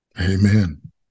amen